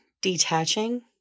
detaching